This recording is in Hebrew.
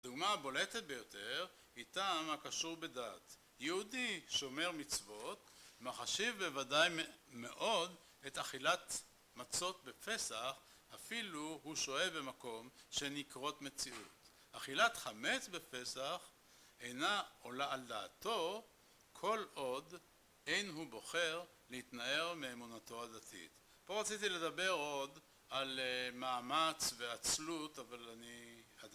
דוגמה הבולטת ביותר היא טעם הקשור בדעת יהודי שומר מצוות מחשיב בוודאי מאוד את אכילת מצות בפסח אפילו הוא שואב במקום שנקראת מציאות. אכילת חמץ בפסח אינה עולה על דעתו כל עוד אין הוא בוחר להתנער מאמונתו הדתית. פה רציתי לדבר עוד על מאמץ ואצלות אבל אני עדיין